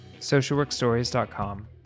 socialworkstories.com